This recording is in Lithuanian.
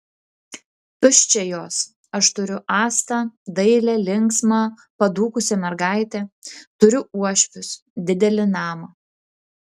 tuščia jos aš turiu astą dailią linksmą padūkusią mergaitę turiu uošvius didelį namą